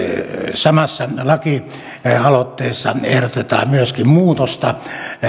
samassa laki aloitteessa ehdotetaan myöskin muutosta